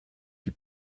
die